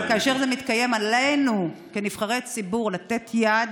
אבל כאשר זה מתקיים, עלינו כנבחרי ציבור לתת יד